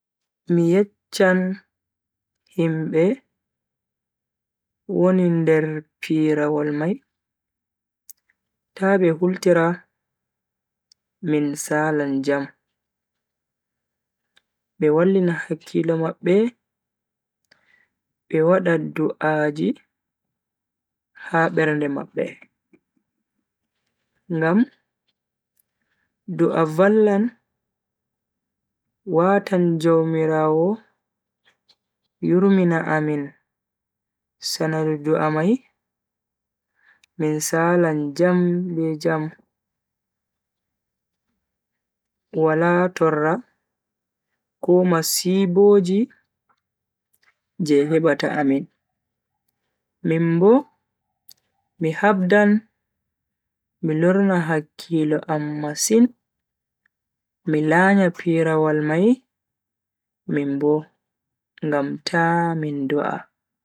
Mi yecchan himbe woni nder pirawol mai ta be hultira min salan jam. be wallina hakkilo mabbe be wada du'aji ha bernde mabbe. ngam du'a vallan watan jaumiraawo yurmina amin sanadu du'a mai min salan jam be jam Wala torra ko masiboji je hebata amin. minbo mi habdan mi lorna hakkilo am masin mi lanya pirawol mai minbo ngam ta min do'a.